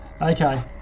Okay